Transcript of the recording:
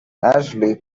ashley